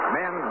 men